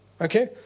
Okay